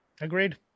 Agreed